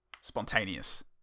spontaneous